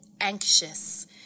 anxious